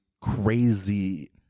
crazy